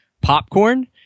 popcorn